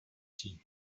ziehen